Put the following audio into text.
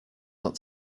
not